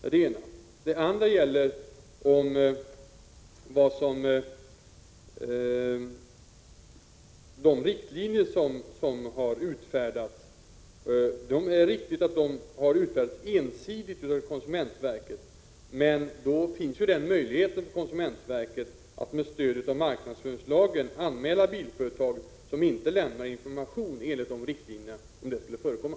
Vidare är det riktigt att de riktlinjer som finns har utfärdats ensidigt av konsumentverket, men det finns ju en möjlighet för konsumentverket att med stöd av marknadsföringslagen anmäla bilföretag som inte lämnar information enligt riktlinjerna — om det skulle förekomma.